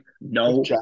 No